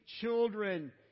children